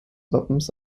wappens